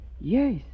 Yes